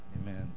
Amen